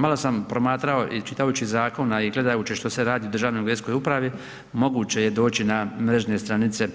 Malo sam promatrao i čitajući zakon a i gledajući što se radi u Državnoj geodetskoj upravi, moguće je doći na mrežne stranice